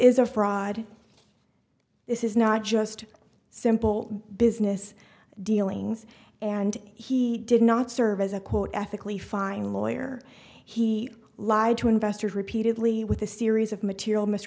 is a fraud this is not just simple business dealings and he did not serve as a quote ethically fine lawyer he lied to investors repeatedly with a series of material